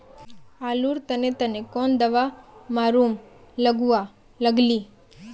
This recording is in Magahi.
आलूर तने तने कौन दावा मारूम गालुवा लगली?